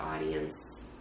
audience